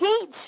teach